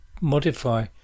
modify